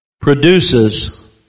Produces